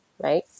right